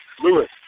Lewis